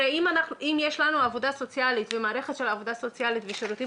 הרי אם יש לנו מערכת של עבודה סוציאלית ושירותים